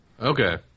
Okay